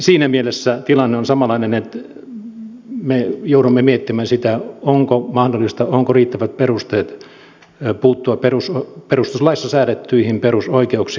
siinä mielessä tilanne on samanlainen että me joudumme miettimään sitä onko mahdollista onko riittävät perusteet puuttua perustuslaissa säädettyihin perusoikeuksiin